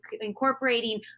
incorporating